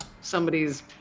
somebody's